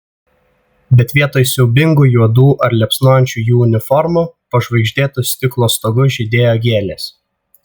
bet vietoj siaubingų juodų ar liepsnojančių jų uniformų po žvaigždėtu stiklo stogu žydėjo gėlės